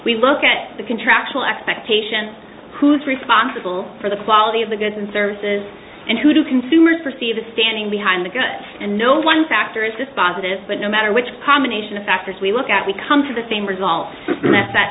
we look at the contractual expectation who's responsible for the quality of the goods and services and who consumers perceive the standing behind and no one factor is dispositive but no matter which combination of factors we look at we come to the same result that